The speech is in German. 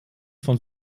von